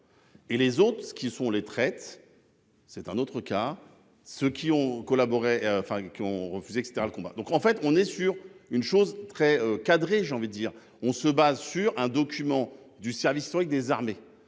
Et les autres, ceux qui sont les traites. C'est un autre cas ceux qui ont collaboré, enfin qui ont refusé et etc. Donc en fait on est sur une chose très cadré. J'ai envie de dire, on se base sur un document du service historique des armées.